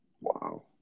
Wow